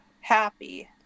happy